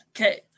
Okay